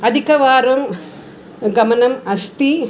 अधिकवारं गमनम् अस्ति